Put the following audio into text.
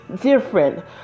different